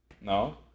No